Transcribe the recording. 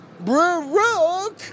Brooke